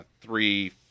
three